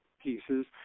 pieces